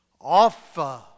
Offer